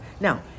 now